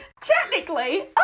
technically